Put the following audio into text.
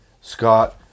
Scott